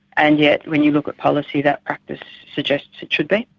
and yet when you look at policy that practice suggests it should be,